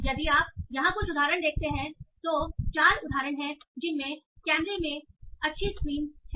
यदि आप यहां कुछ उदाहरण देखते हैं तो चार उदाहरण हैं जिनमें कैमरे की अच्छी स्क्रीन है